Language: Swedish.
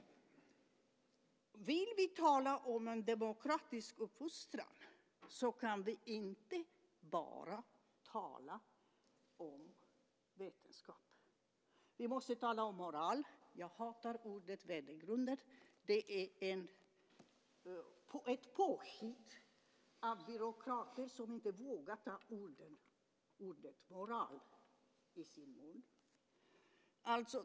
Vill vi tala om en demokratisk uppfostran kan vi alltså inte bara tala om vetenskap. Vi måste tala om moral. Jag hatar ordet värdegrund. Det är ett påhitt av byråkrater som inte vågar ta ordet moral i sin mun.